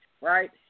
right